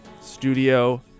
Studio